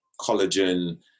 collagen